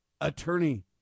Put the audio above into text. attorney